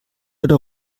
oder